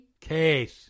Kate